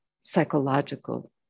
psychological